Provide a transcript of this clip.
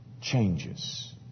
changes